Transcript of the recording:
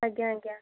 ଆଜ୍ଞା ଆଜ୍ଞା